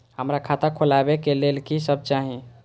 हमरा खाता खोलावे के लेल की सब चाही?